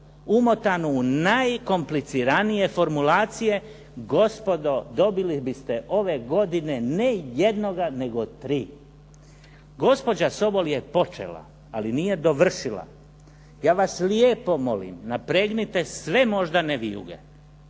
umotanu u najkompliciranije formulacije, gospodo dobili biste ove godine ne jednoga, nego 3. Gospođa Sobol je počela, ali nije dovršila. Ja vas lijepo molim, napregnite sve moždane vijuge